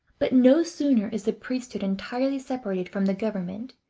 but no sooner is the priesthood entirely separated from the government,